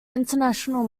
international